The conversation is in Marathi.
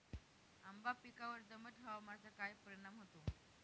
आंबा पिकावर दमट हवामानाचा काय परिणाम होतो?